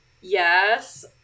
Yes